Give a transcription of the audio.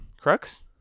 Crux